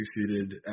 succeeded